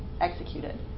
executed